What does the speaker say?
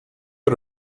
you